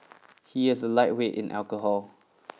he is a lightweight in alcohol